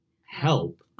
help